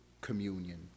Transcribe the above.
communion